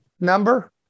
number